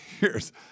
years